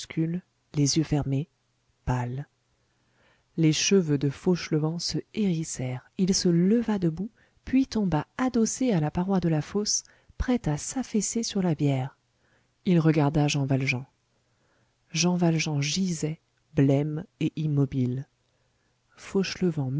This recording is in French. les yeux fermés pâle les cheveux de fauchelevent se hérissèrent il se leva debout puis tomba adossé à la paroi de la fosse prêt à s'affaisser sur la bière il regarda jean valjean jean valjean gisait blême et immobile